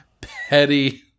petty